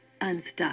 unstuck